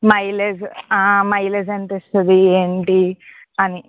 mileage mileage ఎంత ఇస్తుంది ఏంటి అని